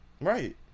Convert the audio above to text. Right